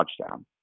touchdown